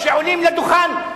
כשעולים לדוכן,